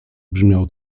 brzmiał